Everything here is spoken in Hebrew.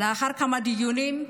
לאחר כמה דיונים,